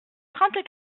trente